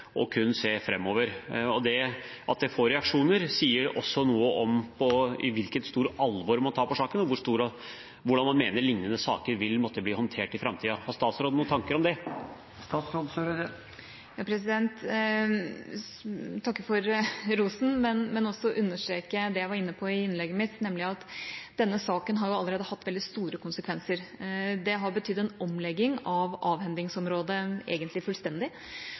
kun se framover. At det får reaksjoner, sier også noe om med hvor stort alvor man ser på saken, og hvordan man mener at lignende saker vil måtte bli håndtert i framtiden. Har statsråden noen tanker om det? Jeg takker for rosen, men understreker også det jeg var inne på i innlegget mitt, nemlig at denne saken har allerede hatt veldig store konsekvenser. Det har egentlig betydd en fullstendig omlegging av avhendingsområdet,